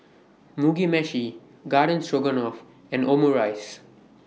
Mugi Meshi Garden Stroganoff and Omurice